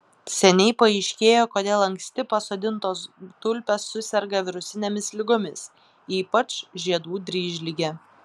seniai paaiškėjo kodėl anksti pasodintos tulpės suserga virusinėmis ligomis ypač žiedų dryžlige